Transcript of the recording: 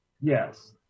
yes